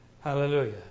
Hallelujah